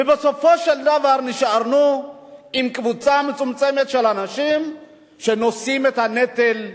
ובסופו של דבר נשארנו עם קבוצה מצומצמת של אנשים שנושאים את הנטל.